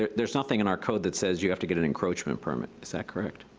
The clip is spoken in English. ah there's nothing in our code that says you have to get an encroachment permit, is that correct?